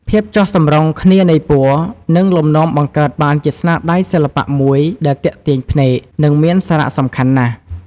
ភាពចុះសម្រុងគ្នានៃពណ៌ និងលំនាំបង្កើតបានជាស្នាដៃសិល្បៈមួយដែលទាក់ទាញភ្នែក និងមានសារៈសំខាន់ណាស់។